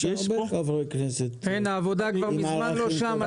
יש הרבה חברי כנסת עם ערכים --- העבודה כבר מזמן לא שם,